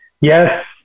yes